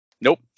nope